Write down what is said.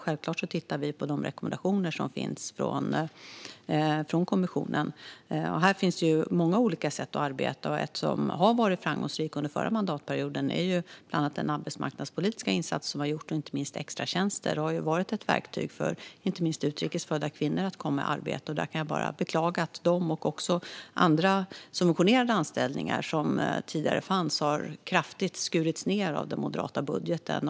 Självklart tittar vi på de rekommendationer som finns från kommissionen. Här finns många olika sätt att arbeta. Ett sätt som har varit framgångsrikt under den förra mandatperioden är bland annat de arbetsmarknadspolitiska insatser som har gjorts, till exempel extratjänster som har varit ett verktyg för att få inte minst utrikes födda kvinnor att komma i arbete. Jag kan bara beklaga att dessa och även andra subventionerade anställningar som tidigare fanns kraftigt har skurits ned av den moderata budgeten.